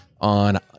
on